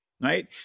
right